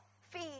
Feed